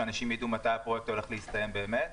שאנשים ידעו מתי הפרויקט הולך להסתיים באמת?